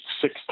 six